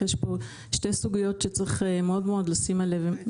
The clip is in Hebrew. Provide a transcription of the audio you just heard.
יש פה שתי סוגיות שצריך מאוד לשים עליהן דגש: